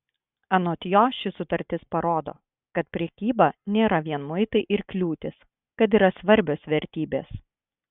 anot jo ši sutartis parodo kad prekyba nėra vien muitai ir kliūtys kad yra svarbios vertybės